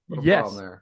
Yes